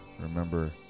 remember